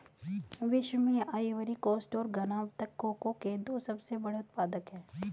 विश्व में Ivory Coast और घना अब तक कोको के दो सबसे बड़े उत्पादक है